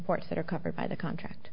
ports that are covered by the contract